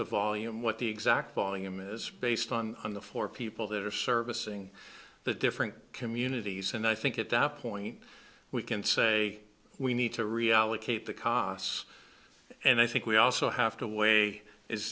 the volume what the exact volume is based on the four people that are servicing the different communities and i think at that point we can say we need to reallocate the costs and i think we also have to weigh is